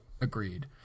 Agreed